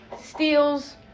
steals